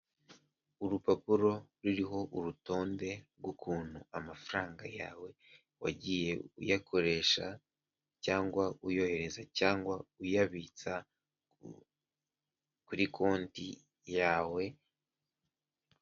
Urupapuro ruriho urutonde rw'ukuntu amafaranga yawe wagiye uyakoresha cyangwa uyohereza cyangwa uyabitsa kuri konti yawe.